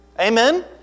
Amen